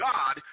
God